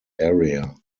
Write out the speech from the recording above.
area